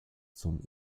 zum